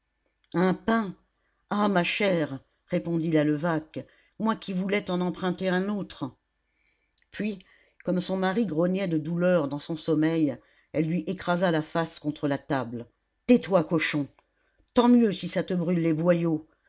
ah ma chère répondit la levaque moi qui voulais t'en emprunter un autre puis comme son mari grognait de douleur dans son sommeil elle lui écrasa la face contre la table tais-toi cochon tant mieux si ça te brûle les boyaux